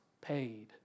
paid